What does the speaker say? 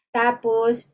tapos